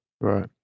Right